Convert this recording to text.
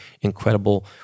incredible